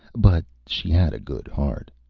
but she had a good heart.